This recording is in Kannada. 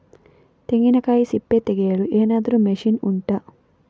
ತೆಂಗಿನಕಾಯಿ ಸಿಪ್ಪೆ ತೆಗೆಯಲು ಏನಾದ್ರೂ ಮಷೀನ್ ಉಂಟಾ